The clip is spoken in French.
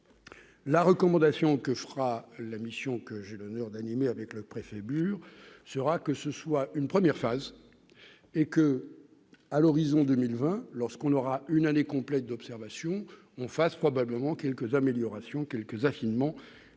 La recommandation que fera la mission que je ne d'animer avec le préfet mur sera, que ce soit une première phase et que, à l'horizon 2020 lorsqu'on aura une année complète d'observation, on fasse probablement quelques améliorations quelques-uns